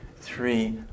three